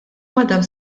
madam